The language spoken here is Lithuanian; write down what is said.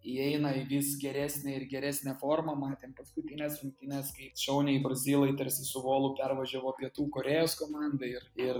įeina į vis geresnę ir geresnę formą matėm paskutines rungtynes šauniai brazilai tarsi su volu pervažiavo pietų korėjos komandą ir ir